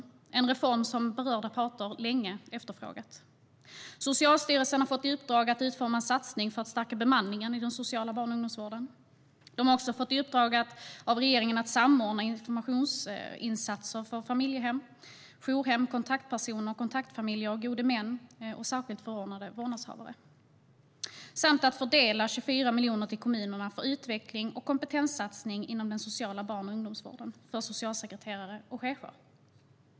Det var en reform som berörda parter länge efterfrågat. Socialstyrelsen har fått i uppdrag att utforma en satsning för att stärka bemanningen i den sociala barn och ungdomsvården. De har också fått i uppdrag av regeringen att samordna informationsinsatser om familjehem, jourhem, kontaktpersoner, kontaktfamiljer, gode män och särskilt förordnade vårdnadshavare, samt att fördela 24 miljoner till kommunerna för utveckling och kompetenssatsning inom den sociala barn och ungdomsvården för socialsekreterare och chefer.